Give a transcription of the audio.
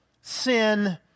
sin